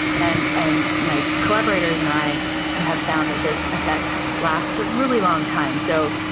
and and my collaborators and i have found that this effect lasts a really long time. so,